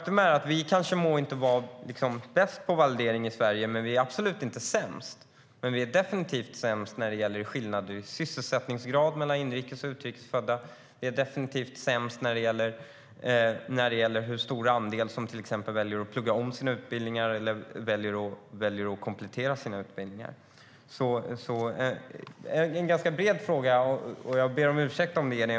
Vi må inte vara bäst på validering i Sverige, men vi är absolut inte sämst. Däremot är vi definitivt sämst när det gäller skillnader i sysselsättningsgrad mellan inrikes och utrikes födda. Vi är definitivt sämst när det gäller hur stor andel som till exempel väljer att plugga om eller komplettera sina utbildningar. Det är en ganska bred fråga, och jag ber om ursäkt för det.